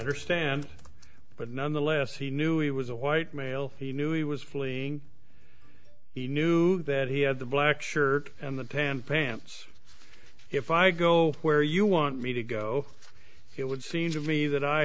understand but nonetheless he knew it was a white male he knew he was fleeing he knew that he had the black shirt and the pan pants if i go where you want me to go it would seem to me that i